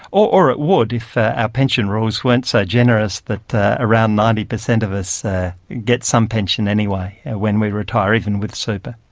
or it would if our pension rules weren't so generous that around ninety percent of us get some pension anyway when we retire, even with super.